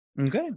Okay